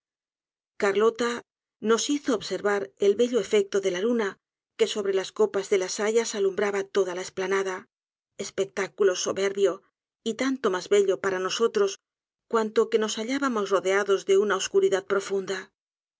carlota nos hizo observar el bello efecto de la luna que sobre las copas de las hayas alumbraba toda la esplanada espectáculo soberbio y tanto mas bello para nosotros cuanto que nos hallábamos rodeados de una oscuridad profunda